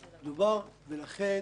לכן אני